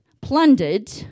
plundered